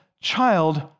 child